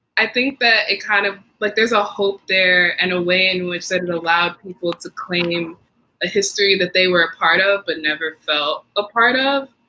i think that it kind of. but like there's a hope there and a way in which said it allowed people to claim a history that they were a part of but never felt a part of.